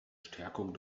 stärkung